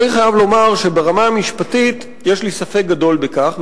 אני חייב לומר שברמה המשפטית יש לי ספק גדול בכך,